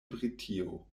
britio